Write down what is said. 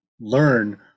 learn